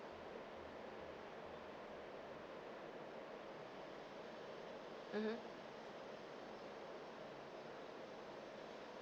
mmhmm